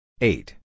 eight